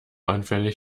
anfällig